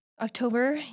October